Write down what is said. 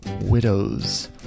widows